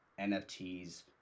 NFTs